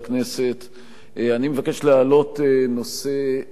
אני מבקש להעלות נושא שהוא גם נושא כאוב,